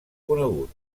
conegut